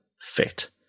fit